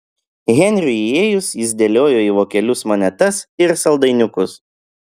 henriui įėjus jis dėliojo į vokelius monetas ir saldainiukus